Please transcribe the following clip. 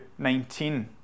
19